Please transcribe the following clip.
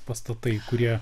pastatai kurie